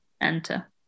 enter